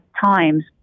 times